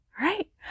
Right